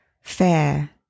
fair